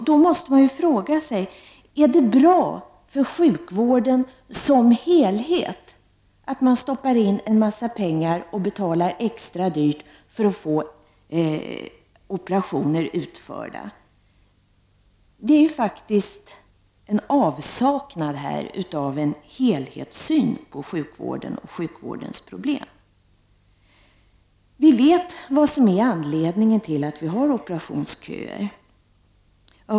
Då måste man fråga sig om det är bra för sjukvården som helhet att man stoppar in en massa pengar och betalar extra dyrt för att få operationer utförda. Det är ju faktiskt här fråga om avsaknad av en helhetssyn på sjukvården och sjukvårdens problem. Vi vet vad som är anledningen till att vi har operationsköer.